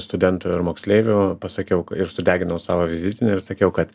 studentų ir moksleivių pasakiau ir sudeginau savo vizitinę ir sakiau kad